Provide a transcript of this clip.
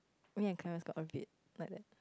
me and Clement got a bit like that